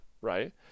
right